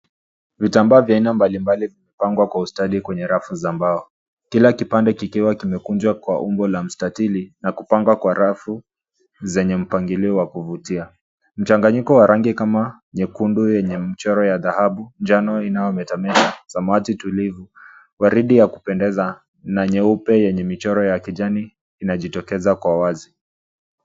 Vitambaa vya aina mbalimbali vimepangwa kwa ustadi kwenye rafu za mbao . Kila kipande kikiwa kimekunjwa kwa umbo la mstatili, na kupangwa kwa rafu zenye mpangilio wa kuvutia. Mchanganyiko wa rangi kama nyekundu yenye michoro ya dhahabu, njano inayometameta, samawati tulivu, waridi ya kupendeza, na nyeupe yenye michoro ya kijani inajitokeza kwa wazi.